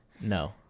No